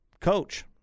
Coach